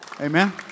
amen